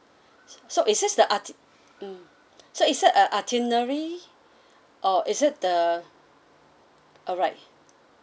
so is this the iti~ mm so is that a itinerary or is it the alright